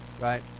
Right